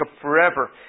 forever